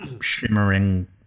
shimmering